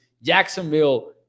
Jacksonville